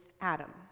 Adam